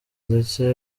ndetse